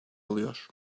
alıyor